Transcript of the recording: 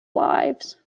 lives